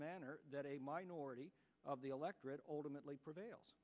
manner that a minority of the electorate ultimately prevail